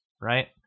right